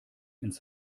ins